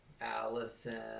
Allison